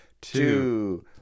two